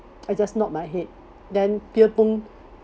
I just nod my head then pierre png